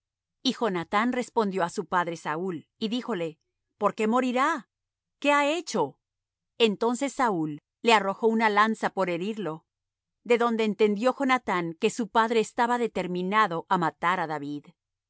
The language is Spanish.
y jonathán respondió á su padre saúl y díjole por qué morirá qué ha hecho entonces saúl le arrojó una lanza por herirlo de donde entendió jonathán que su padre estaba determinado á matar á david